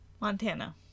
Montana